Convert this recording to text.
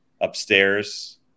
upstairs